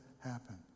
happen